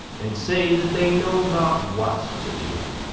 and say that they know not what to do,